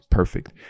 perfect